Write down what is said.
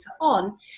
on